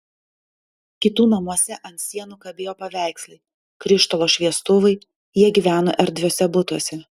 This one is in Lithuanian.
kitų namuose ant sienų kabėjo paveikslai krištolo šviestuvai jie gyveno erdviuose butuose